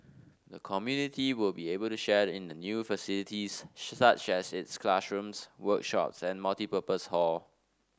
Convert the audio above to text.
the community will be able to share in the new facilities such as its classrooms workshops and multipurpose hall